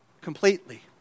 completely